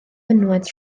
mynwent